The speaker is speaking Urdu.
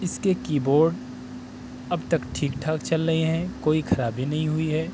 اس کے کیبورڈ اب تک ٹھیک ٹھاک چل رہے ہیں کوئی خرابی نہیں ہوئی ہے